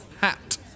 hat